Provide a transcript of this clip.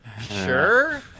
Sure